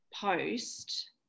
post